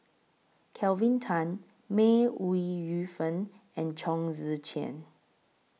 Kelvin Tan May Ooi Yu Fen and Chong Tze Chien